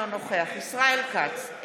אינו נוכח ישראל כץ,